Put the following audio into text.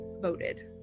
voted